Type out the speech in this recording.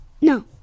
No